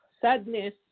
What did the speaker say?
sadness